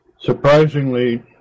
surprisingly